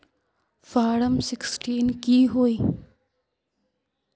Form sixteen की होय?